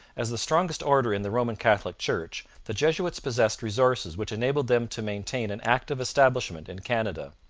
as the strongest order in the roman catholic church, the jesuits possessed resources which enabled them to maintain an active establishment in canada.